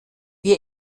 wir